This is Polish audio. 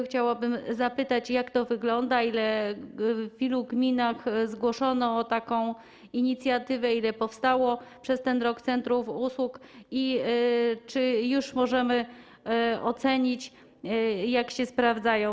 Chciałabym zapytać, jak to wygląda, w ilu gminach zgłoszono taką inicjatywę, ile powstało w tym roku centrów usług i czy już możemy ocenić, jak się sprawdzają.